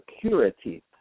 security